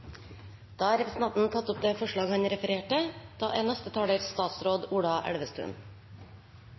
Da har representanten Bjørnar Moxnes tatt opp det forslaget han refererte til.